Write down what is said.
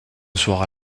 soir